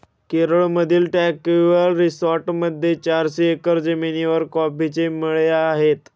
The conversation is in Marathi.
केरळमधील ट्रँक्विल रिसॉर्टमध्ये चारशे एकर जमिनीवर कॉफीचे मळे आहेत